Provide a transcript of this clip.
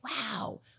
wow